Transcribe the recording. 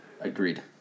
Agreed